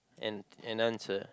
and and answer